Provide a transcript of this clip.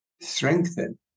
strengthen